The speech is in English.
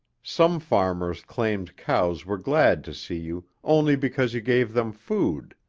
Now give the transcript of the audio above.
some farmers claimed cows were glad to see you only because you gave them food,